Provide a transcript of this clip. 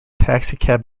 taxicab